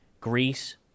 Greece